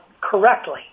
correctly